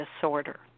disorder